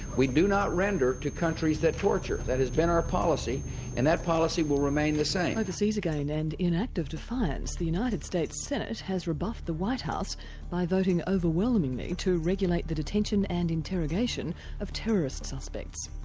we do not render to countries that torture. that has been our policy and that policy will remain the same. overseas again and in an act of defiance the united states senate has rebuffed the white house by voting overwhelmingly to regulate the detention and interrogation of terrorist suspects.